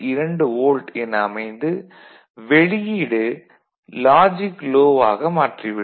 2 volt என அமைந்து வெளியீடு லாஜிக் லோ ஆக மாற்றி விடும்